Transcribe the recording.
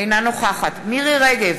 אינה נוכחת מירי רגב,